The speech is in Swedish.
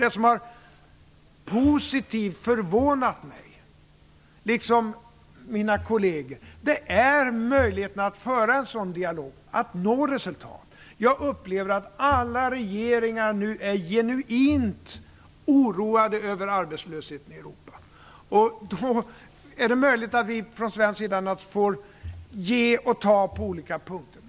Det som har positivt förvånat mig, liksom mina kolleger, är möjligheten att föra en sådan dialog och att nå resultat. Jag upplever att alla regeringar nu är genuint oroade över arbetslösheten i Europa, och då är det möjligt att vi från svensk sida får ge och ta på olika punkter.